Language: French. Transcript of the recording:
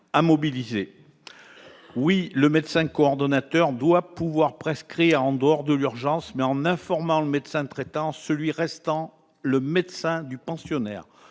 à mobiliser. Oui, le médecin coordonnateur doit pouvoir prescrire en dehors de l'urgence, mais en informant le médecin traitant, celui-ci restant le médecin du pensionnaire.